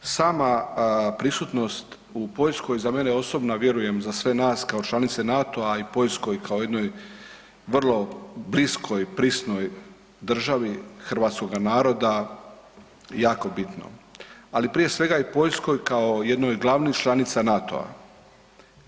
Sama prisutnost u Poljskoj za mene je osobno, a vjerujem za sve nas kao članice NATO-a i Poljskoj kao jednoj vrlo bliskoj, prisnoj državi hrvatskoga naroda jako bitno, ali prije svega i Poljskoj kao jednoj od glavnih članica NATO-a.